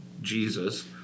Jesus